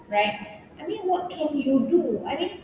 right I mean what can you do I mean